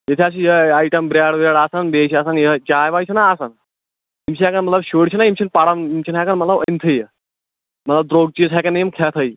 ییٚتہِ حظ چھِ یِہَے آیٹمَ برٛیڈ وریٚڈ آسان بیٚیہِ چھِ آسان یِہَے چاے واے چھِناہ آسان یِم چھِنہٕ ہیٚکن مطلب شُرۍ چھِناہ یِم چھِ پران یِم چھِنہٕ ہیٚکان مطلب أنۍتھٕے یہِ مطلب درٛۅگ چیٖز ہیٚکان نہٕ یِم کھیٚتھٕے